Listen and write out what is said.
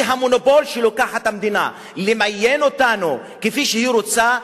כי המונופול שלוקחת המדינה למיין אותנו כפי שהיא רוצה,